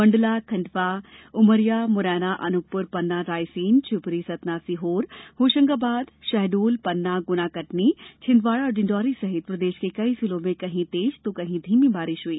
मंडला खंडवा उमरिया मुरैना अनुपपुर पन्ना रायसेन शिवपुरी सतना सीहोर होशंगाबाद शहडोल पन्ना गुना कटनी छिंदवाड़ा और डिण्डोरी सहित प्रदेश के कई जिलों में कहीं तेज तो कही धीमी बारिश हई